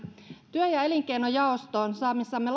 työ ja elinkeinojaostoon saamissamme